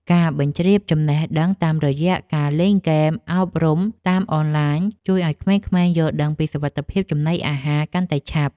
ការបញ្ជ្រាបចំណេះដឹងតាមរយៈការលេងហ្គេមអប់រំតាមអនឡាញ ជួយឱ្យក្មេងៗយល់ដឹងពីសុវត្ថិភាពចំណីអាហារកាន់តែឆាប់។